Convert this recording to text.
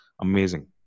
Amazing